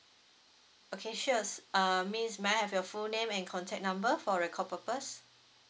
okay sure uh miss may I have your full name and contact number for record purpose